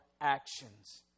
actions